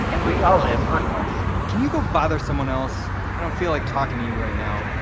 and we all live on mars can you go bother someone else? i don't feel like talking to you right now.